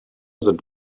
sind